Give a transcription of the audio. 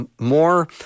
more